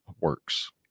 works